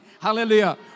Hallelujah